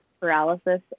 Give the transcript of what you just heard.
paralysis